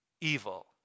Evil